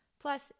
Plus